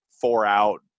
four-out